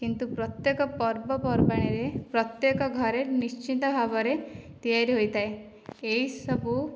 କିନ୍ତୁ ପ୍ରତ୍ୟେକ ପର୍ବପର୍ବାଣିରେ ପ୍ରତ୍ୟେକ ଘରେ ନିଶ୍ଚିତ ଭାବରେ ତିଆରି ହୋଇଥାଏ ଏହିସବୁ